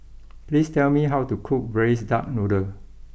please tell me how to cook Braised Duck Noodle